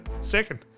second